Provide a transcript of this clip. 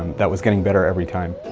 that was getting better every time.